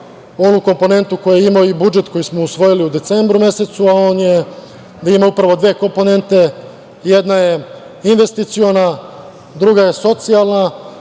onu komponentu koju je imao i budžet koji smo usvojili u decembru mesecu, a ima upravo dve komponente. Jedna je investiciona, a druga je socijalna.